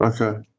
Okay